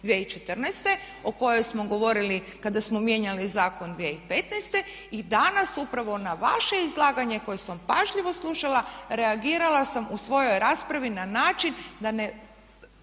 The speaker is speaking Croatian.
2014., o kojoj smo govorili kada smo mijenjali zakon 2015. i danas upravo na vaše izlaganje koje sam pažljivo slušala reagirala sam u svojoj raspravi na način da ne